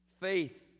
faith